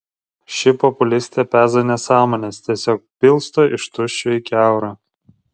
ši populistė peza nesąmones tiesiog pilsto iš tuščio į kiaurą